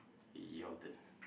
your turn